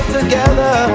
together